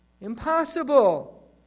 impossible